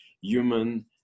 human